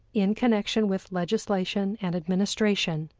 in connection with legislation and administration,